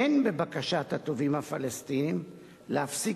אין בבקשת התובעים הפלסטינים להפסיק